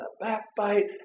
backbite